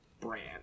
brand